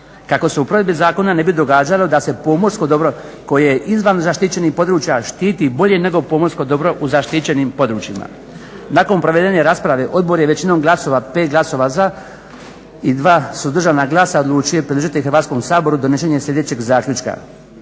kako se u provedbi zakona ne bi događalo da se pomorsko dobro koje izvan zaštićenih područja štiti bolje nego pomorsko dobro u zaštićenim područjima. Nakon provedene rasprave Odbor je većinom glasova, 5 glasova za i 2 suzdržana glasa odlučio predložiti Hrvatskom saboru donošenje sljedećeg zaključka: